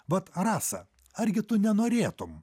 vat rasa argi tu nenorėtum